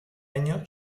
año